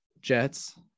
Jets